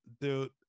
Dude